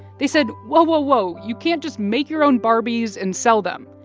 they said, whoa, whoa, whoa, you can't just make your own barbies and sell them.